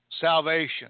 salvation